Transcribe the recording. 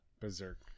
berserk